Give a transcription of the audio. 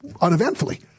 uneventfully